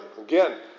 Again